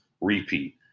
repeat